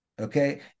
Okay